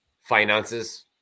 finances